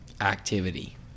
activity